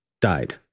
died